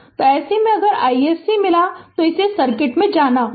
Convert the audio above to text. तो ऐसे में अगर iSC मिला है तो इसे सर्किट में जाना होगा